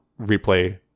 replay